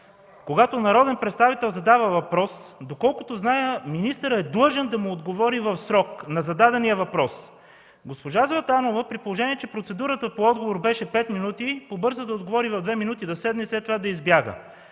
когато народен представител задава въпрос, доколкото зная, министърът е длъжен да отговори в срок на зададения въпрос. Госпожа Златанова, при положение че процедурата по отговора беше пет минути, побърза да отговори в две минути, да седне и след това да избяга.